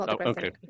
okay